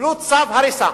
קיבלו צו הריסה.